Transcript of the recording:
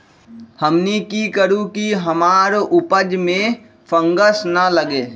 हमनी की करू की हमार उपज में फंगस ना लगे?